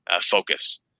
focus